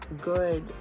good